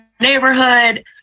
neighborhood